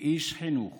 כאיש חינוך